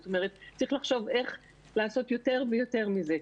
צריך לחשוב איך לעשות יותר ויותר מזה.